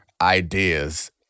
ideas